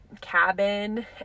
cabin